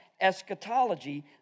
eschatology